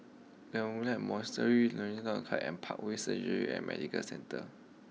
Carmelite Monastery Hollandse Club and Parkway Surgery and Medical Centre